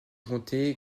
côté